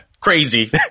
Crazy